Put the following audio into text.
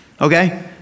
Okay